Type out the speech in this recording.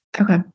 Okay